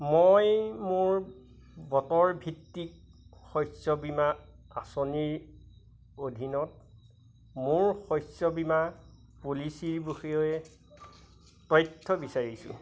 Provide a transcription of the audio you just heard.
মই মোৰ বতৰ ভিত্তিক শস্য বীমা আঁচনিৰ অধীনত মোৰ শস্য বীমা পলিচীৰ বিষয়ে তথ্য বিচাৰিছোঁ